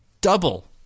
Double